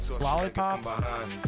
Lollipop